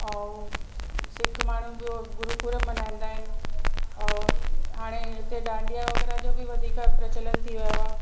ऐं सिख माण्हू ॿियो गुरू पूरब मल्हाईंदा आहिनि ऐं हाणे हिते डांडिया वग़ैरह जो बि वधीक प्रचलन थी वियो आहे